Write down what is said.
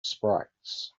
spikes